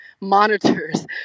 monitors